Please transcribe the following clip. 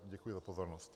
Děkuji za pozornost.